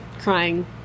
crying